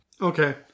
Okay